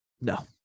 No